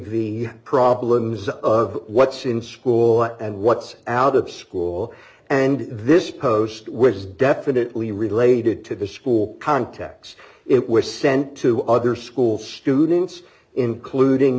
the problems of what's in school and what's out of school and this post which is definitely related to the school context it was sent to other school students including